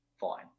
fine